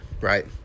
Right